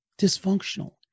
dysfunctional